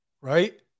right